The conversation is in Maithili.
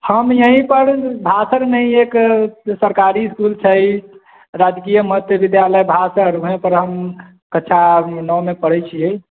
हम यहीं पर भासर मे ही एक सरकारी इसकुल छै राजकीय मध्य विद्यालय भासर मे तऽ हम कक्षा नओ मे पढै छियै